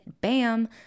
bam